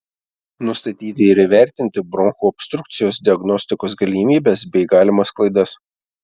nustatyti ir įvertinti bronchų obstrukcijos diagnostikos galimybes bei galimas klaidas